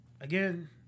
Again